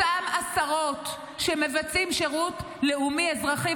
אותם עשרות שמבצעים שירות לאומי אזרחי,